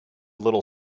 little